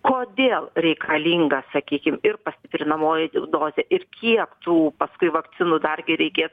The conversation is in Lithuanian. kodėl reikalinga sakykim ir pastiprinamoji dozė ir kiek tų paskui vakcinų dar gi reikės